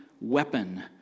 weapon